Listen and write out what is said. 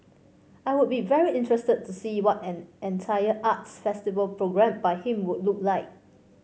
I would be very interested to see what an entire arts festival programmed by him would look like